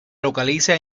localiza